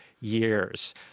years